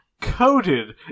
Coated